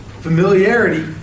Familiarity